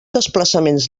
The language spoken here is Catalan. desplaçaments